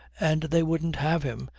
and they wouldn't have him,